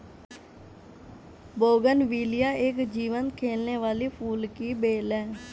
bougainvillea एक जीवंत खिलने वाली फूल की बेल है